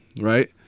right